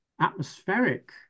atmospheric